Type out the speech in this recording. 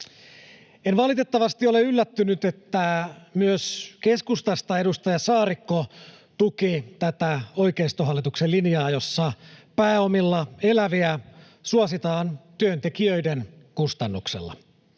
En valitettavasti ole yllättynyt, että myös keskustasta edustaja Saarikko tuki tätä oikeistohallituksen linjaa, jossa pääomilla eläviä suositaan työntekijöiden kustannuksella.